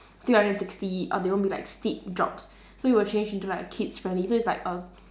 three hundred sixty or there won't be like steep drops so it will change into like kids friendly so it's like a